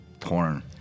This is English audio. torn